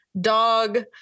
dog